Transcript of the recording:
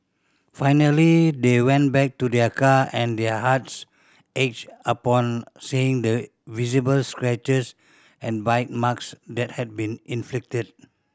finally they went back to their car and their hearts ached upon seeing the visible scratches and bite marks that had been inflicted